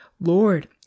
Lord